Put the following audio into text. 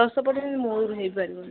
ଦଶ ପର୍ସେଣ୍ଟ୍ ମୁଳରୁ ହେଇପାରିବନି